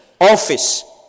office